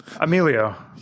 Emilio